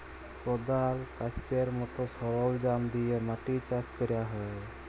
কদাল, ক্যাস্তের মত সরলজাম দিয়ে মাটি চাষ ক্যরা হ্যয়